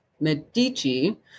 Medici